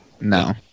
No